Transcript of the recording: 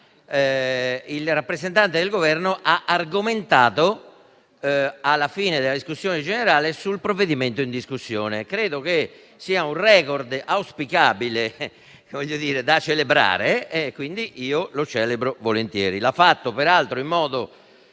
il rappresentante del Governo ha argomentato, alla fine della discussione generale, sul provvedimento in discussione. Credo che questo sia un *record* auspicabile, da celebrare, e quindi lo celebro volentieri. L'ha fatto peraltro in modo